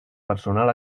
personal